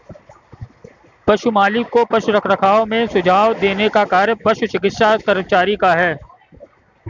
पशु मालिक को पशु रखरखाव में सुझाव देने का कार्य पशु चिकित्सा कर्मचारी का है